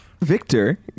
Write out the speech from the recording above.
Victor